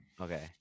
okay